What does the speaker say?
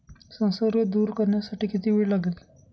संसर्ग दूर करण्यासाठी किती वेळ लागेल?